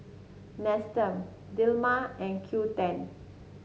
Nestum Dilmah and Qoo ten